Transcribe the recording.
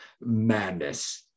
madness